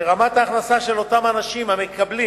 שרמת ההכנסה של אותם אזרחים המקבלים